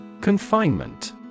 Confinement